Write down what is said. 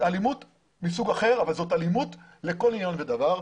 אלימות מסוג אחר אבל זאת אלימות לכל דבר ועניין.